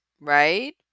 right